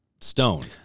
Stone